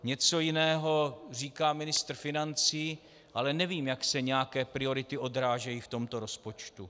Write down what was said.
Něco jiného říká ministr financí, ale nevím, jak se nějaké priority odrážejí v tomto rozpočtu.